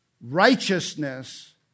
righteousness